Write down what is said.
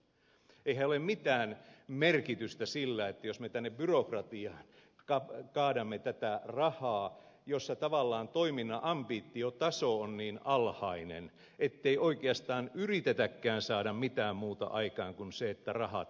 eihän ole mitään merkitystä sillä jos me kaadamme tätä rahaa tänne byrokratiaan jossa tavallaan toiminnan ambitiotaso on niin alhainen ettei oikeastaan yritetäkään saada mitään muuta aikaan kuin sen että rahat käytetään